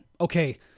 okay